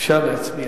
אפשר להצביע.